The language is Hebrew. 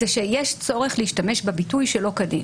זה שיש צורך להשתמש בביטוי "שלא כדין"